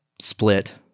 split